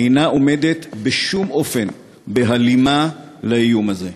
אינה עומדת בשום אופן בהלימה לאיום הזה,